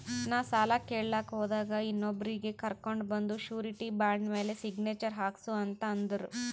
ನಾ ಸಾಲ ಕೇಳಲಾಕ್ ಹೋದಾಗ ಇನ್ನೊಬ್ರಿಗಿ ಕರ್ಕೊಂಡ್ ಬಂದು ಶೂರಿಟಿ ಬಾಂಡ್ ಮ್ಯಾಲ್ ಸಿಗ್ನೇಚರ್ ಹಾಕ್ಸೂ ಅಂತ್ ಅಂದುರ್